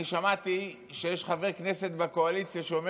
אני שמעתי שיש חבר כנסת בקואליציה שאומר